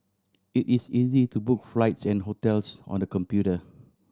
it is easy to book flights and hotels on the computer